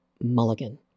Mulligan